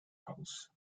house